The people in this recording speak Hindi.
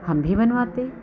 हम भी बनवाते